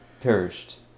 perished